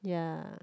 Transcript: ya